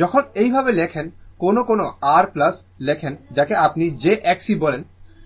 যখন এইভাবে লেখেন কখনও কখনও R লেখেন যাকে আপনি j Xc বলেন